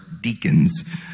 deacons